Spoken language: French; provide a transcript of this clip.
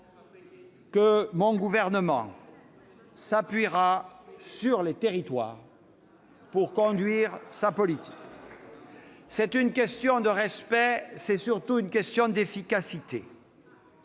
que mon gouvernement s'appuiera sur les territoires pour conduire sa politique. C'est une question de respect ; c'est surtout une question d'efficacité.